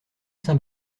saint